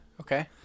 Okay